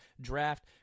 draft